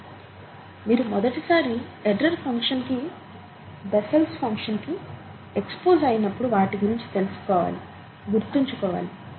కానీ మీరు మొదటిసారి ఎర్రర్ ఫంక్షన్కి బెస్సెల్స్ ఫంక్షన్కి Bessel's function ఎక్స్పోజ్ అయినప్పుడు వాటి గురించి తెలుసుకోవాలి గుర్తుంచుకోవాలి